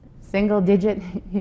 single-digit